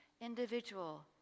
individual